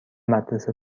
مدرسه